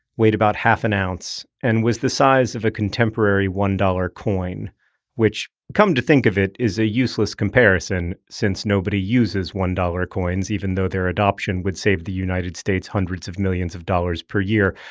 weighed about half an ounce, and was the size of a contemporary one-dollar coin which come to think of it is a useless comparison, since nobody uses one-dollar coins, even though their adoption would save the united states hundreds of millions of dollars per year.